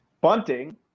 bunting